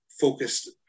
focused